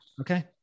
Okay